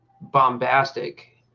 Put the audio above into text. bombastic